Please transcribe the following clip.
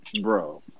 bro